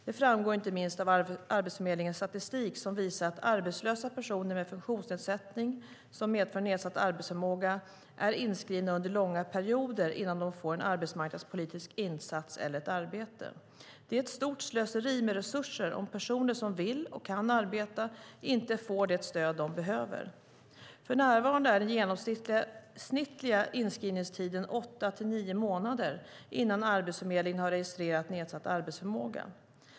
Det framgår inte minst av Arbetsförmedlingens statistik som visar att arbetslösa personer med funktionsnedsättning som medför nedsatt arbetsförmåga är inskrivna under långa perioder innan de får en arbetsmarknadspolitisk insats eller ett arbete. Det är ett stort slöseri med resurser om personer som vill och kan arbeta inte får det stöd de behöver. För närvarande är den genomsnittliga inskrivningstiden åtta-nio månader innan Arbetsförmedlingen har registrerat nedsatt arbetsförmåga.